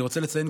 אני רוצה לציין,